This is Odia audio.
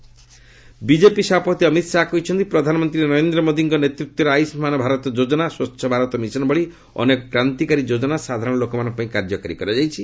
ଅମିତ୍ ଶାହା ବିଜେପି ସଭାପତି ଅମିତ ଶାହା କହିଛନ୍ତି ପ୍ରଧାନମନ୍ତ୍ରୀ ନରେନ୍ଦ୍ର ମୋଦିଙ୍କର ନେତୃତ୍ୱରେ ଆୟୁଷ୍ମାନ ଭାରତ ଯୋଜନା ସ୍ୱଚ୍ଚ ଭାରତ ମିଶନ ଭଳି ଅନେକ କ୍ରାନ୍ତିକାରୀ ଯୋଜନା ସାଧାରଣ ଲୋକମାନଙ୍କ ପାଇଁ କାର୍ଯ୍ୟକାରୀ କରାଯାଇଛି